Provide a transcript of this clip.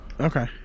Okay